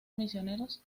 misioneros